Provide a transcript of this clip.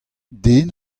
den